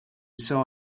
saw